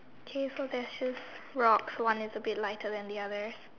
okay there's just rocks so one is a bit lighter than the other